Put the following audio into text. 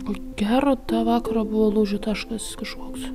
ko gero tą vakarą buvo lūžio taškas kažkoks